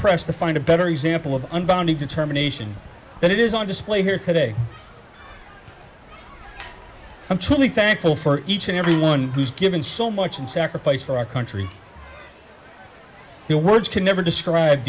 pressed to find a better example of unbounded determination that is on display here today i'm truly thankful for each and everyone who's given so much and sacrifice for our country their words can never describe